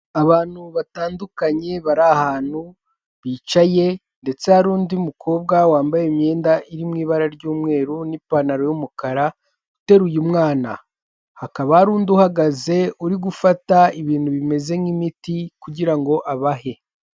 Abantu batandukanye bari ahantu bicaye ndetse hari undi mukobwa wambaye imyenda iri mu ibara ry'umweru n'ipantaro y'umukara uteruye umwana hakaba hari undi uhagaze uri gufata ibintu bimeze nk'imiti kugira ngo abahe.